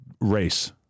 Race